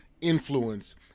influence